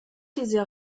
dieser